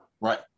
Right